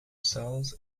cells